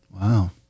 Wow